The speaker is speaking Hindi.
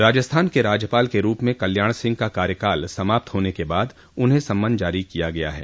राजस्थान के राज्यपाल के रूप में कल्याण सिंह का कार्यकाल समाप्त होने के बाद उन्हें सम्मन जारी किया गया है